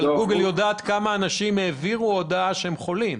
אבל גוגל כן יודעת כמה אנשים העבירו הודעה שהם חולים.